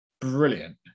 brilliant